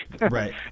right